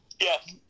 Yes